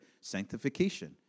sanctification